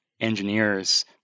engineers